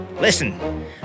Listen